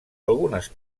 algunes